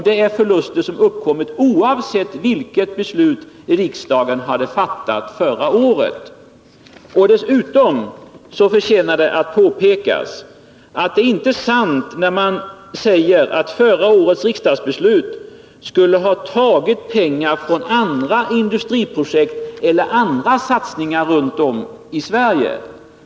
Det är förluster som skulle ha uppkommit oavsett vilket beslut riksdagen hade fattat förra året. Dessutom förtjänar det att påpekas att det inte är sant när man säger att förra årets riksdagsbeslut skulle ha tagit pengar från andra industriprojekt eller andra satsningar runt om i Sverige.